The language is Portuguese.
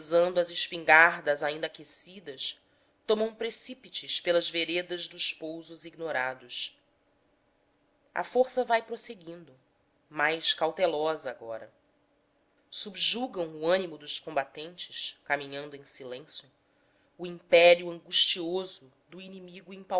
sopesando as espingardas ainda aquecidas tomam precípites pelas veredas dos pousos ignorados a força vai prosseguindo mais cautelosa agora subjugam o ânimo dos combatentes caminhando em silêncio o império angustioso do